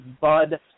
Bud